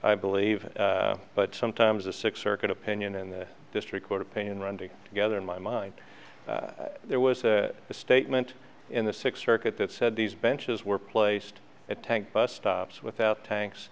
i believe but sometimes a six circuit opinion and the district court opinion randy gather in my mind there was a statement in the sixth circuit that said these benches were placed at tank bus stops without tanks